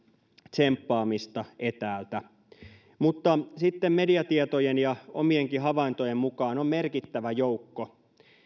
tsemppaamista etäältä mutta mediatietojen ja omienkin havaintojen mukaan on merkittävä joukko